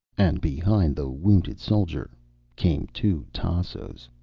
and behind the wounded soldier came two tassos,